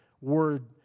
word